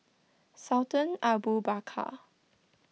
Sultan Abu Bakar